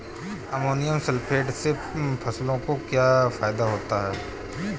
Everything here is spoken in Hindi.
अमोनियम सल्फेट से फसलों को क्या फायदा होगा?